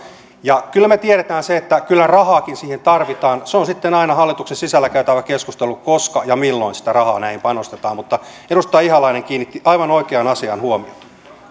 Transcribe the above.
ja kyllä me tiedämme sen että kyllä rahaakin siihen tarvitaan se on sitten aina hallituksen sisällä käytävä keskustelu koska ja milloin sitä rahaa näihin panostetaan mutta edustaja ihalainen kiinnitti aivan oikeaan asiaan huomiota